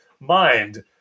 mind